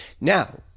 Now